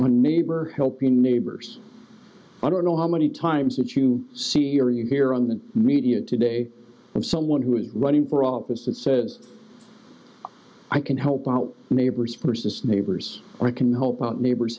one neighbor helping neighbors i don't know how many times that you see here you hear on the media today from someone who is running for office and says i can help our neighbors persist neighbors can help out neighbors